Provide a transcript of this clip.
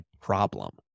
problem